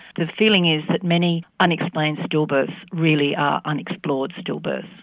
the feeling is that many unexplained stillbirths really are unexplored stillbirths.